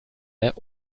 der